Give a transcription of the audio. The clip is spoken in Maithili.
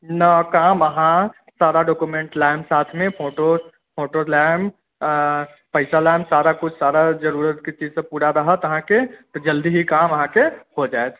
न तऽ हम अहाँ सारा डॉक्यूमेंट लायब साथ मे फोटो लायब पैसा लायब सारा किछु सारा जरुरत के चीज सब पूरा रहत अहाँके तऽ जल्दी ही काम अहाँके हो जायत